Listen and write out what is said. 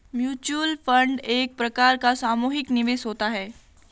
mutual fund एक प्रकार का सामुहिक निवेश होता है